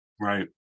Right